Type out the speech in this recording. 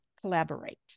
collaborate